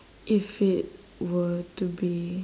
if it were to be